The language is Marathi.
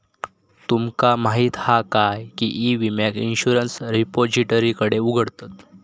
तुमका माहीत हा काय की ई विम्याक इंश्युरंस रिपोजिटरीकडे उघडतत